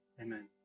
Amen